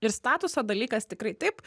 ir statuso dalykas tikrai taip